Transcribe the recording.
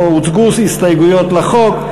לא הוצגו הסתייגויות לחוק,